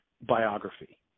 biography